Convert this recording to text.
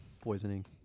Poisoning